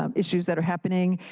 um issues that are happening.